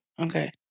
Okay